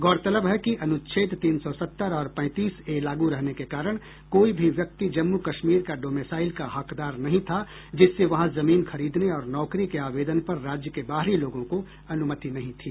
गौरतलब है कि अनुच्छेद तीन सौ सत्तर और पैंतीस ए लागू रहने के कारण कोई भी व्यक्ति जम्मू कश्मीर का डोमेसाइल का हकदार नहीं था जिससे वहां जमीन खरीदने और नौकरी के आवेदन पर राज्य के बाहरी लोगों को अनुमति नहीं थी